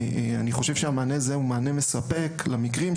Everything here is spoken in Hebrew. אני חושב שהמענה הזה הוא מענה מספק למקרים האלה,